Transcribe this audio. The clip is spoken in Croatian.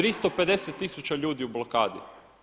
350 tisuća ljudi u blokadi.